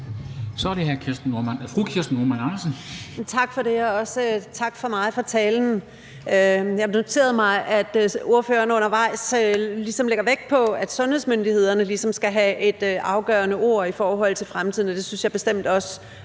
Kirsten Normann Andersen (SF): Tak for det. Også tak fra mig for talen. Jeg noterede mig, at ordføreren undervejs lægger vægt på, at sundhedsmyndighederne ligesom skal have et afgørende ord i forhold til fremtiden, og det synes jeg bestemt også.